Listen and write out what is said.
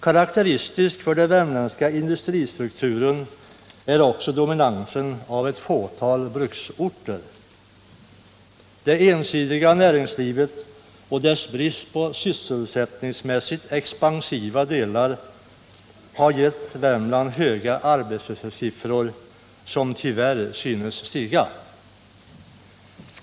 Karakteristisk för den värm ländska industristrukturen är också dominansen av ett fåtal bruksorter. Det ensidiga näringslivet och dess brist på sysselsättningsmässigt expansiva delar har gett Värmland höga arbetslöshetssiffror, som tyvärr synes stiga.